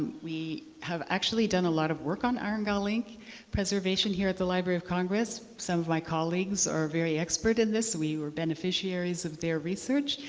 we have actually done a lot of work on iron gall ink preservation here at the library of congress. some of my colleagues are very expert in this. we were beneficiaries of their research.